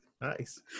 Nice